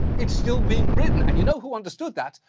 it's still being written. and you know who understood that?